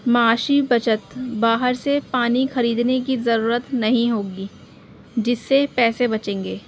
معاشی بچت باہر سے پانی خریدنے کی ضرورت نہیں ہوگی جس سے پیسے بچیں گے